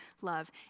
love